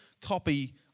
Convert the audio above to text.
copy